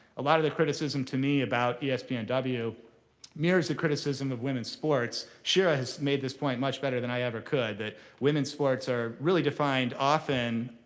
a lot of the criticism to me about espnw and mirrors the criticism of women's sports. shira has made this point much better than i ever could, that women's sports are really defined often,